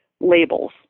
labels